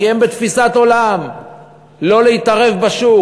כי הם בתפיסת עולם של לא להתערב בשוק.